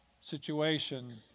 situation